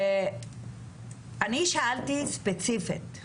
אני שאלתי ספציפית.